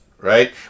right